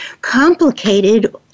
complicated